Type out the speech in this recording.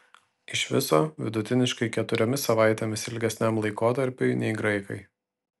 iš viso vidutiniškai keturiomis savaitėmis ilgesniam laikotarpiui nei graikai